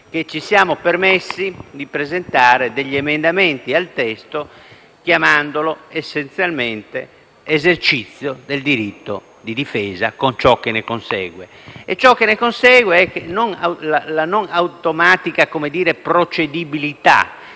ci siamo permessi di presentare degli emendamenti al testo, chiamandoli essenzialmente esercizio del diritto di difesa, con ciò che ne consegue. E mi riferisco alla non automatica procedibilità.